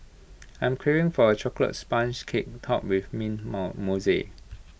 I'm craving for A Chocolate Sponge Cake Topped with mint mount